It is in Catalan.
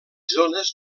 zones